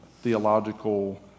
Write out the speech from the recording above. theological